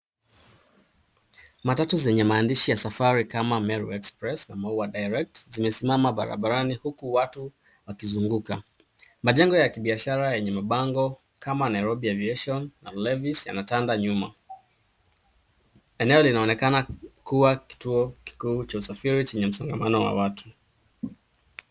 Matatu zenye maandishi ya safari kama Meru Express na Maua Direct zimesimama barabarani huku watu wakizunguka. Majengo ya kibishara yenye mabango kama Nairobi Aviation na Levis yanatanda nyuma. Eneo linaonekana kuwa kituo kikuu cha usafiri chenye msongamano wa watu.